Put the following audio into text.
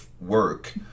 work